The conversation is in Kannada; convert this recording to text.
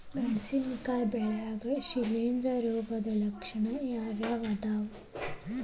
ಮೆಣಸಿನಕಾಯಿ ಬೆಳ್ಯಾಗ್ ಶಿಲೇಂಧ್ರ ರೋಗದ ಲಕ್ಷಣ ಯಾವ್ಯಾವ್ ಅದಾವ್?